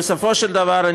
בסופו של דבר,